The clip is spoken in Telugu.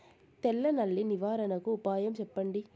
తెల్ల నల్లి నివారణకు ఉపాయం చెప్పండి?